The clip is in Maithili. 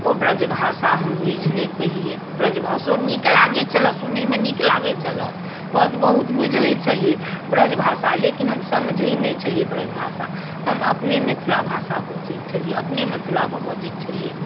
ओ ब्रजभाषा हम बुझि नहि पयलियै ब्रजभाषो नीक लागैत छलै सुनैमे नीक लागैत छलै पद बहुत बुझैत छलियै ब्रजभाषा लेकिन हम समझैत नहि छलियै ब्रजभाषा हम अपने मिथिला भाषा बजैत छलियै अपने मिथिलामे बजैत छलियै ने